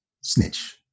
snitch